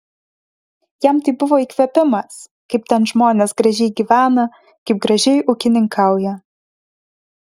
jam tai buvo įkvėpimas kaip ten žmonės gražiai gyvena kaip gražiai ūkininkauja